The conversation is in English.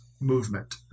movement